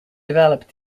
develop